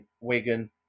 Wigan